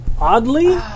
oddly